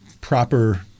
proper